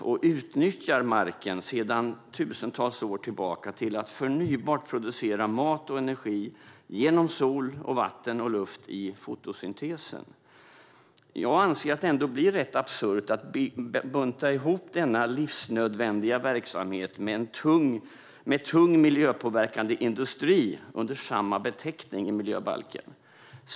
Jordbruket nyttjar sedan tusentals år tillbaka marken till att på ett förnybart sätt producera mat och energi genom sol, vatten och luft i fotosyntesen. Det blir ganska absurt att bunta ihop denna livsnödvändiga verksamhet med tung, miljöpåverkande industri under samma beteckning i miljöbalken.